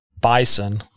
Bison